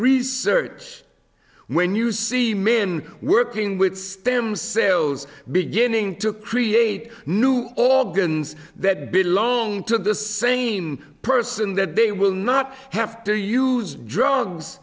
research when you see men working with stem cells beginning to create new all guns that belong to the same person that they will not have to use drugs